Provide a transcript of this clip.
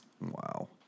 Wow